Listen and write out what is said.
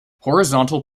horizontal